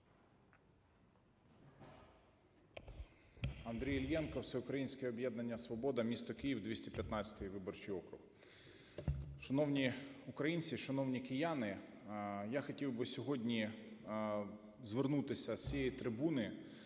Андрій Іллєнко, Всеукраїнське об'єднання "Свобода", місто Київ, 215 виборчий округ. Шановні українці, шановні кияни! Я хотів би сьогодні звернутися з цієї трибуни